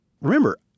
Remember